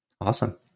Awesome